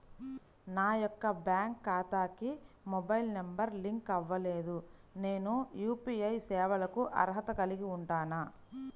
నా యొక్క బ్యాంక్ ఖాతాకి మొబైల్ నంబర్ లింక్ అవ్వలేదు నేను యూ.పీ.ఐ సేవలకు అర్హత కలిగి ఉంటానా?